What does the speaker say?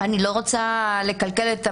אני לא רוצה לקלקל את המסיבה.